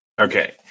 Okay